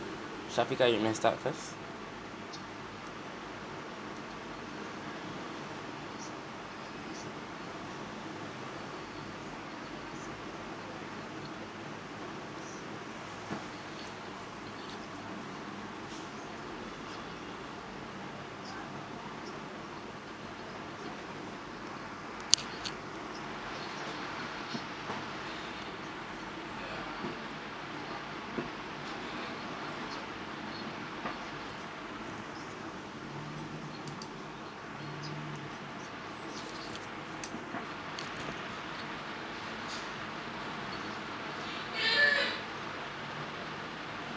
shafiqah you may start first